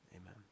Amen